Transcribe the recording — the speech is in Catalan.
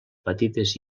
petites